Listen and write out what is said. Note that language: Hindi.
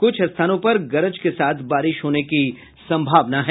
कुछ स्थानों पर गरज के साथ बारिश होने की संभावना है